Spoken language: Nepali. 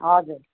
हजुर